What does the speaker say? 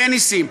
אין נסים,